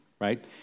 right